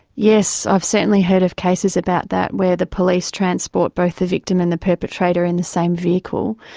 yes, i've certainly heard of cases about that, where the police transport both the victim and the perpetrator in the same vehicle,